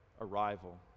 arrival